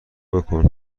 بکن